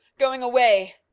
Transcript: going away,